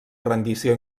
rendició